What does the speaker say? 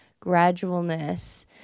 gradualness